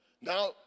Now